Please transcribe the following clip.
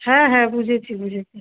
হ্যাঁ হ্যাঁ বুঝেছি বুঝেছি